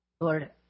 Lord